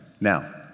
Now